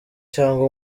cyangwa